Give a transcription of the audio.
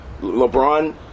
LeBron